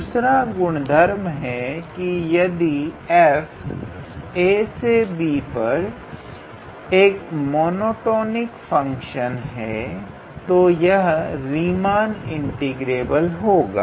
दूसरा गुणधर्म है कि यदि f ab पर एक मोनोटॉनिक फंक्शन है तो यह रीमान इंटीग्रेबल होगा